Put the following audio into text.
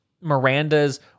Miranda's